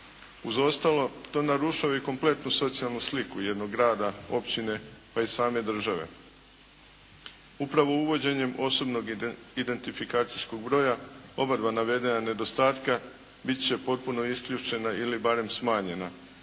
Uz ostalo, to narušava i kompletnu socijalnu sliku jednog grada, općine, pa i same države. Upravo uvođenjem osobnog identifikacijskog broja obadva navedena nedostatka biti će potpuno isključena ili barem smanjena